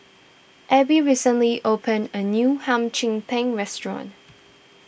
Abie recently opened a new Hum Chim Peng restaurant